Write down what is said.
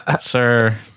sir